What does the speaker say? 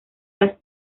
las